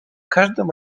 każdym